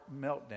meltdown